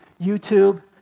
YouTube